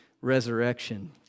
resurrection